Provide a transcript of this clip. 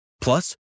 Plus